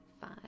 five